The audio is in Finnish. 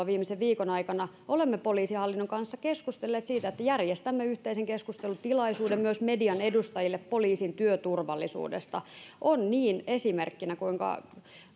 viimeisen viikon aikana olemme poliisihallinnon kanssa keskustelleet siitä että järjestämme yhteisen keskustelutilaisuuden myös median edustajille poliisin työturvallisuudesta on niin kuinka esimerkkinä